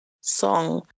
song